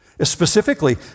Specifically